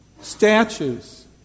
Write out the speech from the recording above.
statues